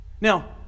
Now